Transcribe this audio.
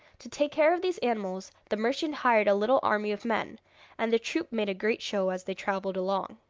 to take care of these animals the merchant hired a little army of men and the troop made a great show as they travelled along.